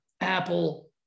Apple